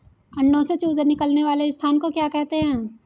अंडों से चूजे निकलने वाले स्थान को क्या कहते हैं?